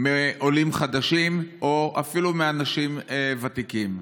מעולים חדשים, או אפילו מאנשים ותיקים.